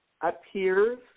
appears